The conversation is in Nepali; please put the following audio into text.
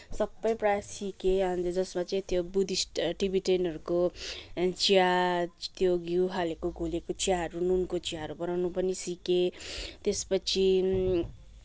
सबै प्रायः सिकेँ अन्त जसमा चाहिँ त्यो बुद्धिस्ट टिबेटनहरूको चिया त्यो घिउ हालेको घोलेको चियाहरू नुनको चियाहरू बनाउन पनि सिकेँ त्यसपछि